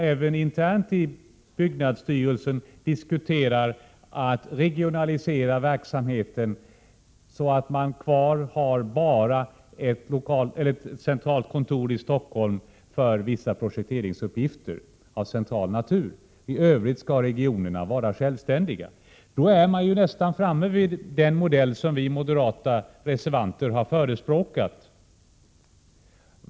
Även internt inom byggnadsstyrelsen diskuterar man ju att regionalisera verksamheten, så att man bara har kvar ett centralt kontor i Stockholm för vissa projekteringsuppgifter av central natur och regionerna i övrigt skall vara självständiga. Då är man nästan framme vid den modell som vi borgerliga reservanter har förespråkat.